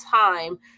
time